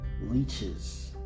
Leeches